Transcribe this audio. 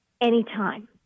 anytime